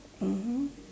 (uh huh)